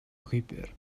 llwybr